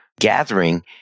gathering